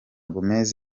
gomes